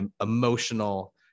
emotional